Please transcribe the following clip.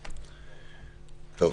טוב,